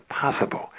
possible